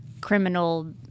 criminal